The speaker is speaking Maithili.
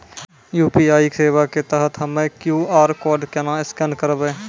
यु.पी.आई सेवा के तहत हम्मय क्यू.आर कोड केना स्कैन करबै?